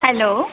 hello